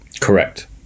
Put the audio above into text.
Correct